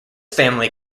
family